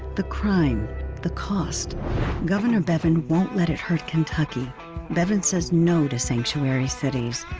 the crime the cost governor bevin won't let it hurt kentucky bevin says no to sanctuary cities.